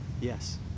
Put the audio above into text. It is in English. Yes